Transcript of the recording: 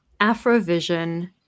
Afrovision